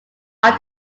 are